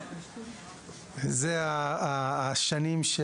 זה הגיל.